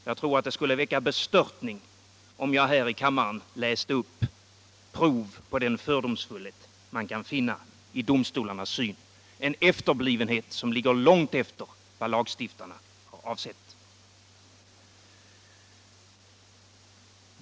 Jag tror att det skulle väcka bestörtning om jag här i kammaren läste upp prov på den fördomsfullhet man kan finna i domstolarnas syn — en efterblivenhet som ligger långt efter vad lagstiftarna har syftat till.